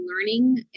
learning